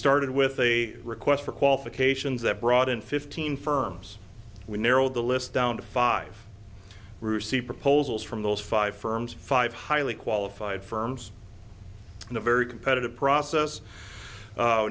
started with a request for qualifications that brought in fifteen firms we narrowed the list down to five brucey proposals from those five firms five highly qualified firms and a very competitive process